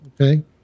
Okay